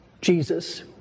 Jesus